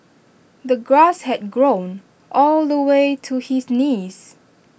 the grass had grown all the way to his knees